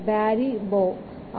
ബാരി ബോംDr